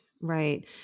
right